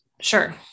Sure